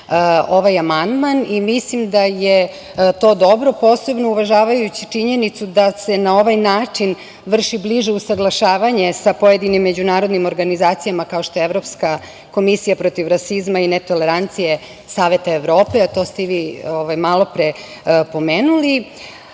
ovaj amandman i mislim da je to dobro, posebno uvažavajući činjenicu da se na ovaj način vrši bliže usaglašavanje sa pojedinim međunarodnim organizacijama, kao što je Evropska komisija protiv rasizma i netolerancije Saveta Evrope, a to ste i vi malopre pomenuli. Oba